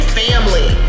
family